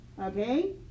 okay